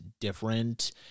different